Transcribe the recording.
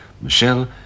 Michelle